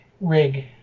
rig